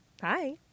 Hi